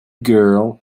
girl